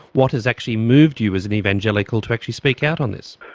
what has actually moved you as an evangelical to actually speak out on this?